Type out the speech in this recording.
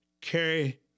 carry